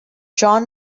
john